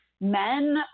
men